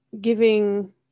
giving